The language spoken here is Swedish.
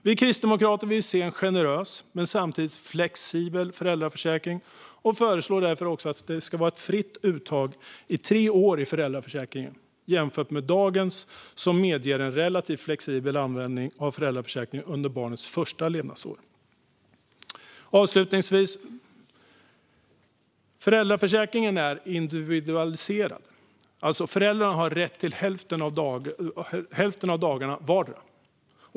Vi kristdemokrater vill se en generös men samtidigt flexibel föräldraförsäkring och föreslår därför ett fritt uttag under tre år i föräldraförsäkringen. Dagens regler medger en relativt flexibel användning av föräldraförsäkringen endast under barnets första levnadsår. Föräldraförsäkringen är individualiserad. Föräldrarna har rätt till hälften av dagarna vardera.